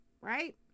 right